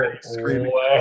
screaming